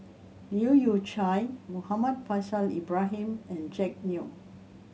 Leu Yew Chye Muhammad Faishal Ibrahim and Jack Neo